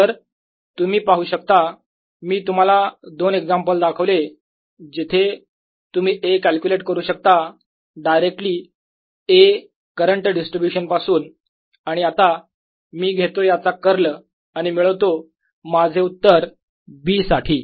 तर तुम्ही पाहू शकता मी तुम्हाला दोन एक्झाम्पल दाखवले जिथे तुम्ही A कॅल्क्युलेट करू शकता डायरेक्टली A करंट डिस्ट्रीब्यूशन पासून आणि आता मी घेतो याचा कर्ल आणि मिळवतो माझे उत्तर B साठी